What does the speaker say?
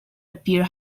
appear